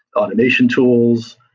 automation tools,